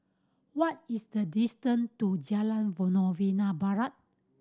what is the distant to Jalan Novena Barat